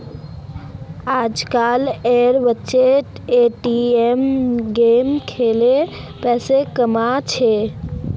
आजकल एर बच्चा ए.टी.एम गेम खेलें पैसा कमा छे